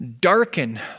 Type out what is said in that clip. Darken